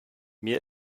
mir